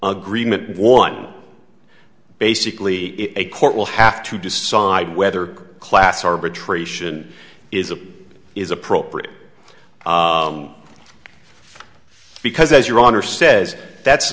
agreement one basically a court will have to decide whether class arbitration is a is appropriate because as your honor says that's